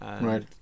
Right